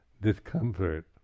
Discomfort